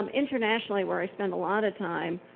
um internationally, where i spend a lot of time,